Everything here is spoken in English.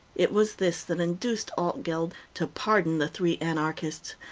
it was this that induced altgeld to pardon the three anarchists,